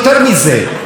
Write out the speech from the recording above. ואל תיעלבו לי,